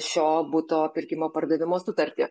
šio buto pirkimo pardavimo sutartį